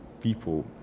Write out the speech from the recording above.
people